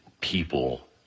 people